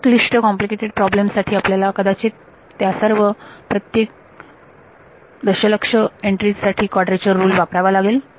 अत्यंत क्लिष्ट प्रॉब्लेम्स साठी आपल्याला कदाचित या सर्व प्रत्येक एक दशलक्ष एंट्री साठी कॉड्रेचर रुल वापरावा लागेल